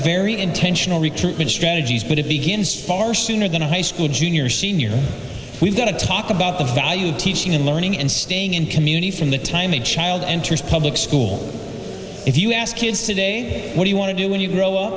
very intentional recruitment strategies but it begins far sooner than a high school junior senior we've got to talk about the value of teaching and learning and staying in the community from the time a child enters public school if you ask kids today what do you want to do when you grow up